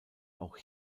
auch